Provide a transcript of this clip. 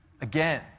Again